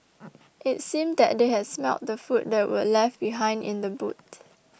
it seemed that they had smelt the food that were left behind in the boot